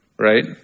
right